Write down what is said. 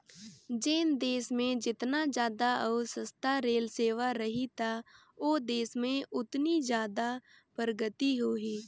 जेन देस मे जेतना जादा अउ सस्ता रेल सेवा रही त ओ देस में ओतनी जादा परगति होही